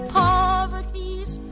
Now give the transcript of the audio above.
poverty's